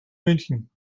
münchen